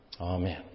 Amen